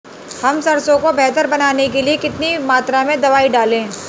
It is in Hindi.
हम सरसों को बेहतर बनाने के लिए कितनी मात्रा में दवाई डालें?